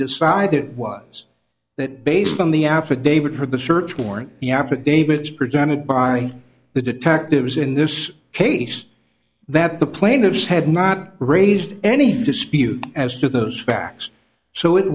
decided was that based on the affidavit for the search warrant the affidavits presented by the detectives in this case that the plaintiffs had not raised any dispute as to those facts so it